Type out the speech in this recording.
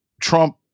Trump